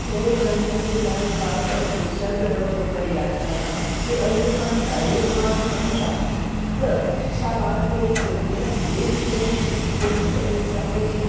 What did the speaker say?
त उहे ई ॻाल्हियुनि जे लाइ पाणखे अॼु वीचारु करिणो थो पये यात्रा लाइ कि अगरि पाण प्राइवेट वाहन खणूं था त छा पाणखे हीअं सुरक्षा मिले थी पंहिंजे जी पंहिंजे जमय समय जी